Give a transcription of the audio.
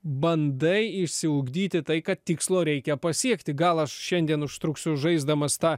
bandai išsiugdyti tai kad tikslo reikia pasiekti gal aš šiandien užtruksiu žaisdamas tą